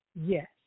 Yes